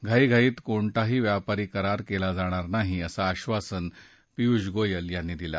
घाईघाईत कोणताही व्यापारी करार केला जाणार नाही असं आश्वासन पियुष गोयल यांनी दिलं